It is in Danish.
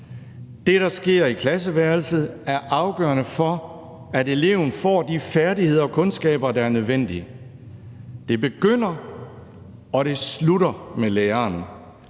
det, der sker i klasseværelset, er afgørende for, at eleven får de færdigheder og kundskaber, der er nødvendige. Det begynder og det slutter med læreren.